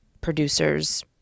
producers